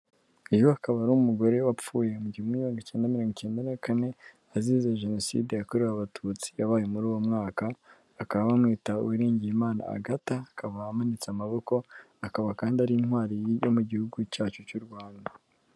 Uyu akaba ari umugore wapfuye mu gihumbi kimwe magana cyenda mirongo icyenda na kane, azize Jenoside yakorewe Abatutsi yabaye muri uwo mwaka, bakaba bamwita Uwiriningiyimana Agathe, akaba amanitse amaboko, akaba kandi ari intwari yo mu gihugu cyacu cy'u Rwanda.